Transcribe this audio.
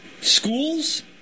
schools